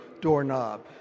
doorknob